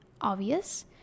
obvious